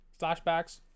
flashbacks